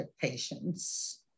patients